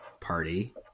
party